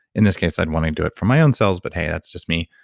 in this case i'd want to do it from my own cells but hey that's just me.